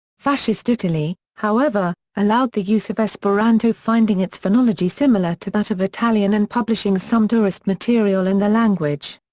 fascist italy, however, allowed the use of esperanto finding its phonology similar to that of italian and publishing some tourist material in the language.